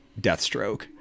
Deathstroke